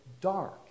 dark